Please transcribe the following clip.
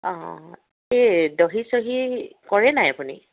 অঁ এই দহি চহি কৰে নাই আপুনি